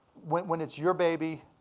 when when it's your baby,